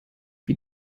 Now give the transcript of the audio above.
wie